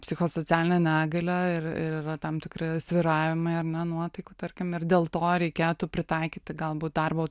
psichosocialinę negalią ir ir yra tam tikri svyravimai ar ne nuotaikų tarkim ir dėl to reikėtų pritaikyti galbūt darbo